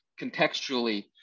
contextually